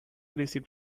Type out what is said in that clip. receipt